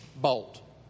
bolt